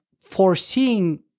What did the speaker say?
foreseeing